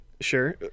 Sure